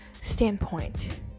standpoint